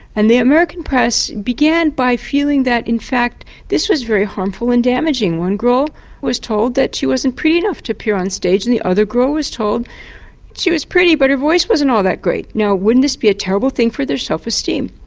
and the american press began by feeling that in fact this was very harmful and damaging when the girl was told that she wasn't pretty enough to appear on stage and the other girl was told she was pretty but her voice wasn't all that great. now wouldn't this be a terrible thing for their self-esteem?